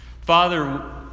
Father